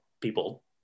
people